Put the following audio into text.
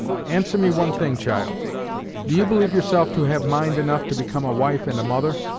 answer me one thing, child do you believe yourself to have mind enough to become a wife, and a mother?